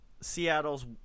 Seattle's